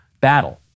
battle